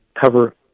cover